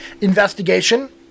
investigation